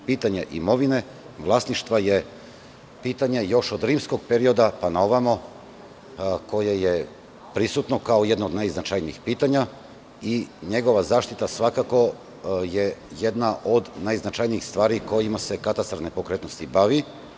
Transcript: Pitanje imovine, vlasništva je pitanje još od rimskog perioda pa naovamo, koje je prisutno kao jedno od najznačajnijih pitanja i njegova zaštita, svakako, je jedna od najznačajnijih stvari kojima se katastar nepokretnosti bavi.